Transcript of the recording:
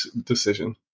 decision